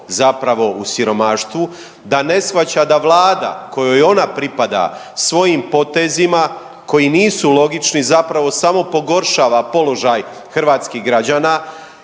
zapravo u siromaštvu, da ne shvaća da vlada kojoj ona pripada svojim potezima koji nisu logični zapravo samo pogoršava položaj hrvatskih građana.